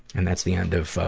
and that's the end of, ah,